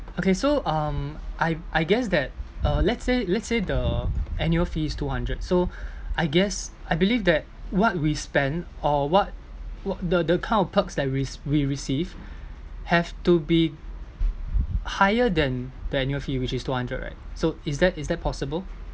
okay so um I I guess that uh let's say let's say the annual fees two hundred so I guess I believe that what we spend or what what the the kind of perks that we we receive have to be higher than the annual fee which is two hundred right so is that is that possible